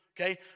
Okay